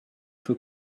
for